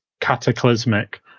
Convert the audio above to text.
cataclysmic